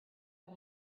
but